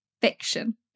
fiction